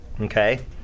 okay